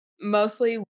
mostly